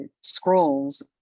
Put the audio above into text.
scrolls